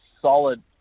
solid